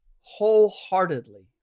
wholeheartedly